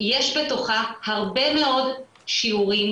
יש בתוכה הרבה מאוד שיעורים,